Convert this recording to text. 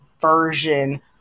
version